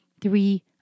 Three